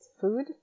food